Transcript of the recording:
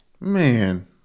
Man